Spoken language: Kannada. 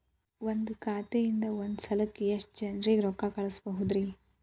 ಒಂದ್ ಖಾತೆಯಿಂದ, ಒಂದ್ ಸಲಕ್ಕ ಎಷ್ಟ ಜನರಿಗೆ ರೊಕ್ಕ ಕಳಸಬಹುದ್ರಿ?